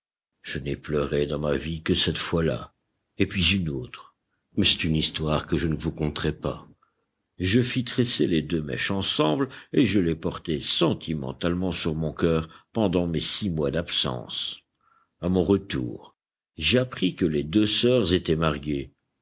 je n'ai pleuré dans ma vie que cette fois-là et puis une autre mais c'est une histoire que je ne vous conterai pas je fis tresser les deux mèches ensemble et je les portai sentimentalement sur mon cœur pendant mes six mois d'absence à mon retour j'appris que les deux sœurs étaient mariées